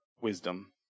wisdom